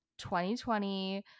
2020